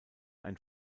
ein